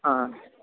हा